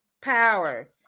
power